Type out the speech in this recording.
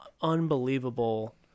unbelievable